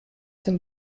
dem